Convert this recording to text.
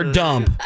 dump